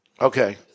Okay